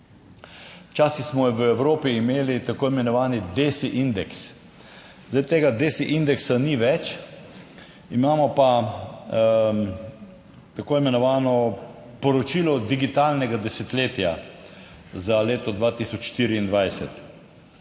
Včasih smo v Evropi imeli tako imenovani DESI indeks. Zdaj tega DESI indeksa ni več, imamo pa tako imenovano poročilo digitalnega desetletja za leto 2024.